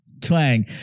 twang